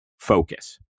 focus